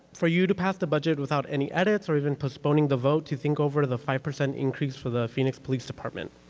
for you to pass the budget without any edits or even postponing the vote to think over the five percent increase for the phoenix police department.